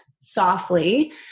softly